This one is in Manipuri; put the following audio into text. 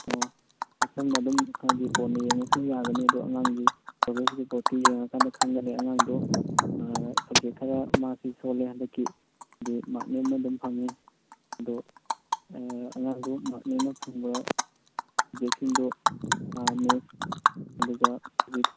ꯑꯣ ꯁꯣꯝꯅ ꯑꯗꯨꯝ ꯍꯥꯏꯗꯤ ꯀꯣꯟꯅ ꯌꯦꯡꯉꯁꯨ ꯌꯥꯒꯅꯤ ꯑꯗꯣ ꯑꯉꯥꯡꯒꯤ ꯄ꯭ꯔꯣꯒ꯭ꯔꯦꯁ ꯔꯤꯄ꯭ꯔꯣꯠꯇꯣ ꯌꯦꯡꯉꯀꯥꯟꯗ ꯈꯪꯒꯅꯤ ꯑꯉꯥꯡꯗꯣ ꯁꯞꯖꯦꯛ ꯈꯔ ꯃꯥꯁꯤ ꯁꯣꯜꯂꯦ ꯍꯟꯗꯛꯀꯤꯗꯤ ꯃꯥꯔꯛ ꯅꯦꯝꯅ ꯑꯗꯨꯝ ꯐꯪꯉꯦ ꯑꯗꯣ ꯑꯉꯥꯡꯗꯣ ꯃꯥꯔꯛ ꯅꯦꯝꯅ ꯐꯪꯕ ꯁꯞꯖꯦꯛꯁꯤꯡꯗꯣ ꯃꯦꯠꯁ ꯑꯗꯨꯒ ꯐꯤꯖꯤꯛꯁ